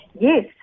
Yes